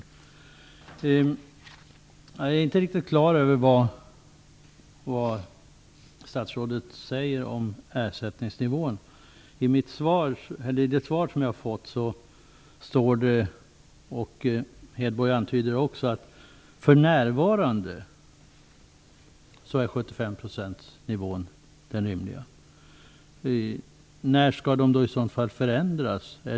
Jag är inte riktigt på det klara med vad statsrådet säger om ersättningsnivån. I det svar som jag fått står det att det rimliga för närvarande är nivån 75 %. När skall nivåerna ändras?